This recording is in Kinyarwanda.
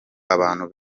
abantu